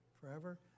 forever